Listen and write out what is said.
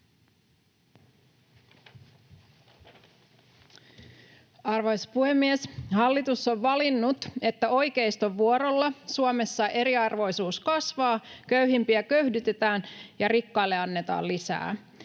Arvoisa puhemies! Hallitus on valinnut, että oikeiston vuorolla Suomessa eriarvoisuus kasvaa, köyhimpiä köyhdytetään ja rikkaille annetaan lisää.